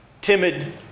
timid